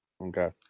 okay